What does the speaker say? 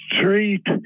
treat